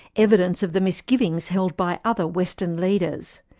evidence of the misgivings held by other western leaders.